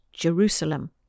Jerusalem